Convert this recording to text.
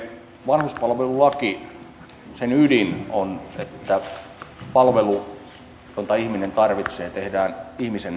vanhuspalvelulain ydin on että palvelu jota ihminen tarvitsee tehdään ihmisen näkökulmasta